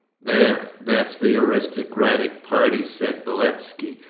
there, that's the aristocratic party said beletski,